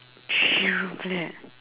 three room flat